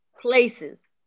places